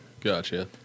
Gotcha